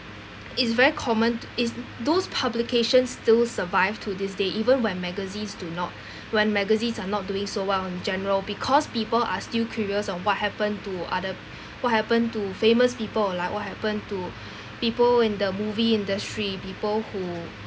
is very common is those publications still survive to this day even when magazines do not when magazines are not doing so well in general because people are still curious on what happened to other what happen to famous people like what happen to people in the movie industry people who